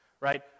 right